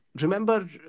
remember